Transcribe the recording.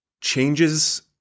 changes